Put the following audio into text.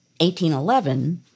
1811